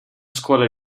scuola